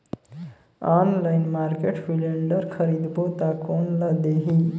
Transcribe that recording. Online market cylinder खरीदबो ता कोन ला देही?